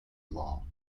law